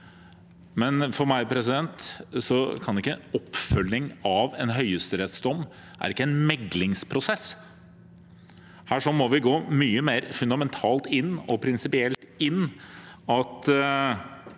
Men for meg kan ikke oppfølging av en høyesterettsdom være en meklingsprosess. Her må vi gå mye mer fundamentalt og prinsipielt inn.